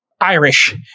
Irish